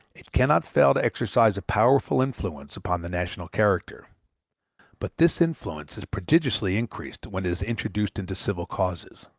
it cannot fail to exercise a powerful influence upon the national character but this influence is prodigiously increased when it is introduced into civil causes.